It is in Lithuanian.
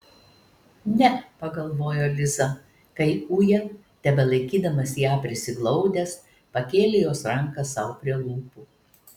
ne pagalvojo liza kai uja tebelaikydamas ją prisiglaudęs pakėlė jos ranką sau prie lūpų